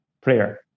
prayer